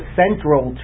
central